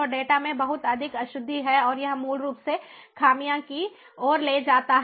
तो डेटा में बहुत अधिक अशुद्धि है और यह मूल रूप से खामियों की ओर ले जाता है